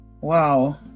Wow